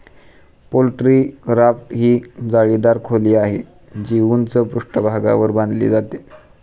poultry raft ही जाळीदार खोली आहे, जी उंच पृष्ठभागावर बांधली जाते